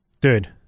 Dude